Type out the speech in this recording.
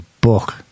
book